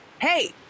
Hey